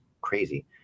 crazy